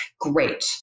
great